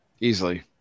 Easily